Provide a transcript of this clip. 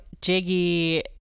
Jiggy